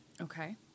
Okay